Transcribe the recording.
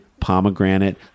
pomegranate